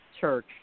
Church